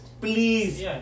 Please